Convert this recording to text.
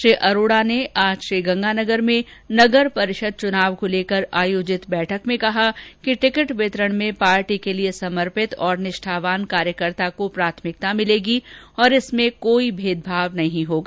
श्री अरोड़ा ने आज श्रीगंगानगर में नगर परिषद चुनाव को लेकर आयोजित बैठक में कहा कि टिकट वितरण में पार्टी के लिए समर्पित और निष्ठावान कार्यकर्ता को प्राथमिकता मिलेगी और इसमें कोई भेदभाव नहीं होगा